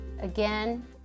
Again